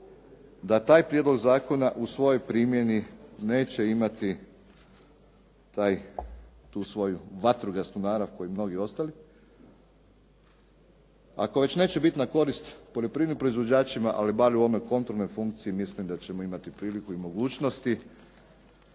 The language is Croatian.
da taj prijedlog zakona u svojoj primjeni neće imati tu svoju vatrogasnu narav kao i mnogi ostali. Ako već neće biti na korist poljoprivrednim proizvođačima, ali barem u onoj kontrolnoj funkciji mislim da ćemo imati priliku i mogućnosti